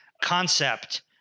concept